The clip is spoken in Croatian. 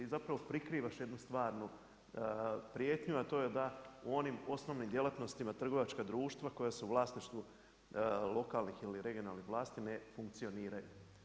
I zapravo prikrivaš jednu stvarnu prijetnju, a to je da onim osnovnim djelatnostima trgovačka društva koja su u vlasništvu lokalnih ili regionalnih vlasti ne funkcioniraju.